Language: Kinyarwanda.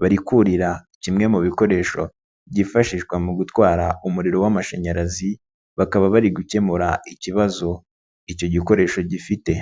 barikurira kimwe mu bikoresho byifashishwa mu gutwara umuriro w'amashanyarazi, bakaba bari gukemura ikibazo icyo gikoresho gifite.